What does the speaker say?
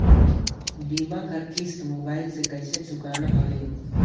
बीमा कर किस्त मोबाइल से कइसे चुकाना हवे